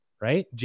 Right